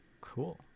Cool